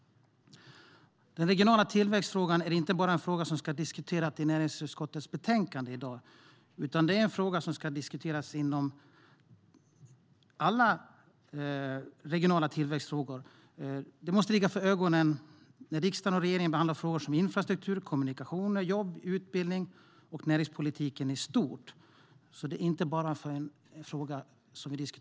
Den regionala tillväxtpolitiken är inte en fråga som bara ska diskuteras i dag med anledning av näringsutskottets betänkande. Regionala tillväxtfrågor måste ligga för ögonen när riksdagen och regeringen behandlar frågor som infrastruktur, kommunikationer, jobb, utbildning och näringspolitiken i stort.